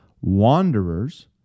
wanderers